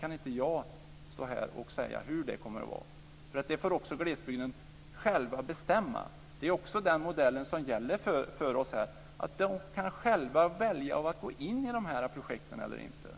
kan inte stå här och säga på vilket sätt. Det får man i glesbygden själv bestämma. Det är också den modellen som gäller för oss att de där själva kan välja att gå in i dessa projekt eller inte.